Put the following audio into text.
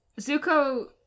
Zuko